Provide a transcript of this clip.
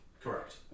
Correct